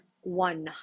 one